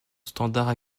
standards